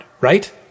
right